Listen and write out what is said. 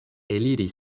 eliri